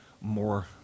more